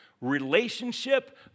Relationship